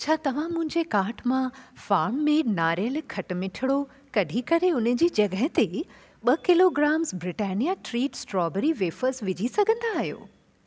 छा तव्हां मुंहिंजे कार्ट मां फाम मेड नारेलु खटिमिठड़ो कढी करे उन जी जॻहि ते ॿ kilograms Britannia treat strawberry wafers विझी सघंदा आहियो